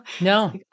No